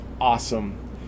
Awesome